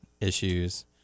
issues